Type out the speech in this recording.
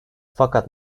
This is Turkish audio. fakat